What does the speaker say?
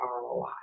ROI